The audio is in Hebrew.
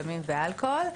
סמים ואלכוהול,